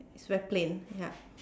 very plain yup